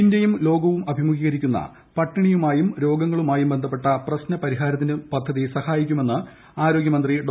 ഇന്ത്യയും ലോകവും അഭിമുഖീകരിക്കുന്ന പട്ടിണിയുമായും രോഗ്നങ്ങളുമായും ബന്ധപ്പെട്ട പ്രശ്ന പരിഹാരത്തിന് പദ്ധതി സഹായിക്കുമ്മെന്ന് ആരോഗ്യമന്ത്രി ഡോ